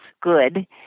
good